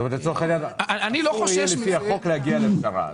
זאת אומרת לצורך העניין אסור יהיה לפי החוק להגיע לפשרה.